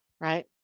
right